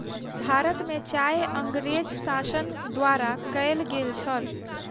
भारत में चाय अँगरेज़ शासन द्वारा कयल गेल छल